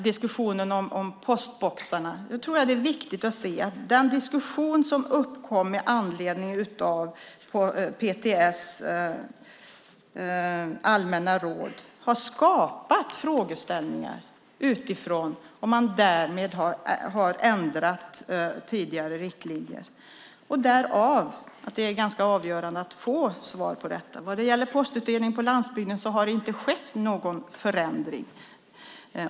Diskussionen om postboxarna uppkom på grund av PTS allmänna råd. Det har skapat frågeställningar som gäller om man därmed har ändrat tidigare riktlinjer. Därför är det ganska avgörande att få svar på detta. När det gäller postutdelning på landsbygden har det inte skett någon förändring.